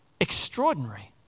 Extraordinary